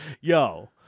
yo